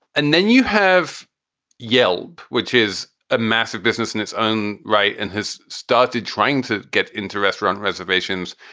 and then you have yelp, which is a massive business in its own right, and has started trying to get into restaurant reservations.